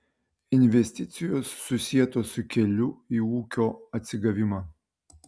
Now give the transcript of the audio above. investicijos susietos su keliu į ūkio atsigavimą